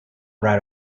right